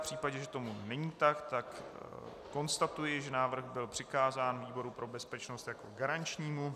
V případě, že tomu tak není, konstatuji, že návrh byl přikázán výboru pro bezpečnost jako garančnímu.